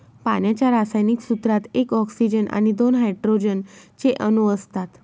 पाण्याच्या रासायनिक सूत्रात एक ऑक्सीजन आणि दोन हायड्रोजन चे अणु असतात